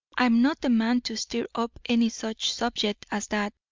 i'm not the man to stir up any such subject as that.